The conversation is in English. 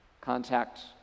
contact